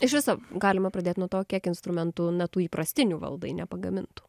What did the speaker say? iš viso galima pradėt nuo to kiek instrumentų na tų įprastinių valdai nepagamintų